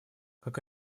как